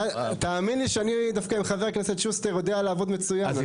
תאמין לי שאני דווקא עם חבר הכנסת שוסטר יודע לעבוד מצוין.